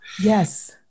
Yes